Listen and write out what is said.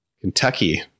Kentucky